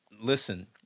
Listen